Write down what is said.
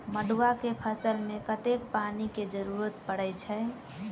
मड़ुआ केँ फसल मे कतेक पानि केँ जरूरत परै छैय?